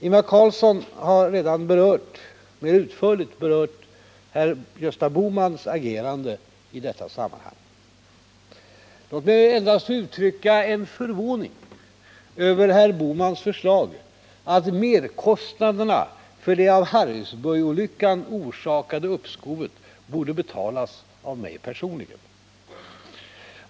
Ingvar Carlsson har redan mer utförligt berört herr Gösta Bohmans agerande i detta sammanhang. Låt mig endast få uttrycka förvåning över herr Bohmans förslag att merkostnaderna för det av Harrisburgolyckan orsakade uppskovet borde betalas av mig personligen.